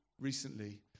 recently